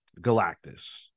Galactus